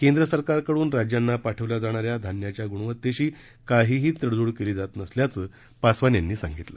केंद्र सरकारकडून राज्यांना पाठवल्या जाणान्या धान्याच्या गृणवत्तेशी काहीही तडजोड केली जात नसल्याचं पासवान यांनी सांगितलं